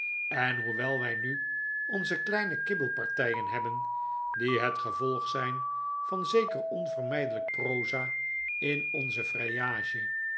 en hoewel wij nu onze kleine kibbelpartijen hebben die het gevolg zijn van zeker onvermijdelijk proza in onze vrijage